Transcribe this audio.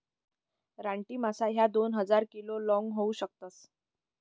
रानटी मासा ह्या दोन हजार किलो लोंग होऊ शकतस